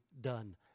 done